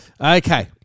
Okay